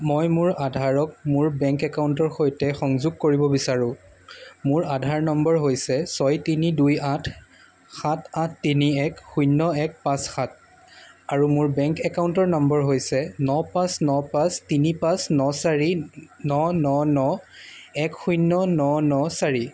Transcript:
মই মোৰ আধাৰক মোৰ বেংক একাউণ্টৰ সৈতে সংযোগ কৰিব বিচাৰো মোৰ আধাৰ নম্বৰ হৈছে ছয় তিনি দুই আঠ সাত আঠ তিনি এক শূন্য এক পাঁচ সাত আৰু মোৰ বেংক একাউণ্টৰ নম্বৰ হৈছে ন পাঁচ ন পাঁচ তিনি পাঁচ ন চাৰি ন ন ন এক শূন্য ন ন চাৰি